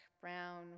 brown